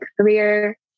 career